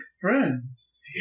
friends